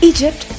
Egypt